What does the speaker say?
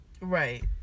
Right